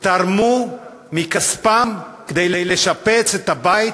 תרמו מכספם לשפץ את הבית,